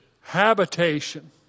Habitation